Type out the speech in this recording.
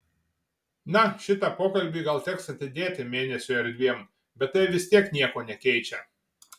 na šitą pokalbį gal teks atidėti mėnesiui ar dviem bet tai vis tiek nieko nekeičia